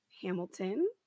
Hamilton